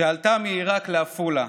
שעלתה מעיראק לעפולה,